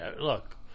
Look